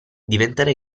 diventare